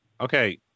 Okay